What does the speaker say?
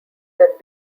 that